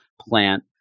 plant